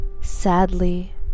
Sadly